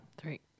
three